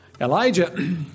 Elijah